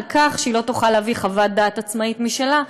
שהיא לא תוכל להביא חוות דעת עצמאית משלה.